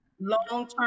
long-term